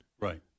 right